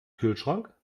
kühlschrank